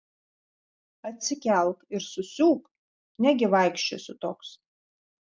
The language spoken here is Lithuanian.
atsikelk ir susiūk negi vaikščiosiu toks